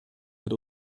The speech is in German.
hat